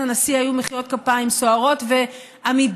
הנשיא היו מחיאות כפיים סוערות ועמידה,